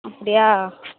அப்படியா